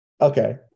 Okay